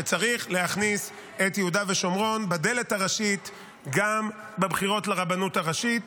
שצריך להכניס את יהודה ושומרון בדלת הראשית גם בבחירות לרבנות הראשית.